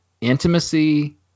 intimacy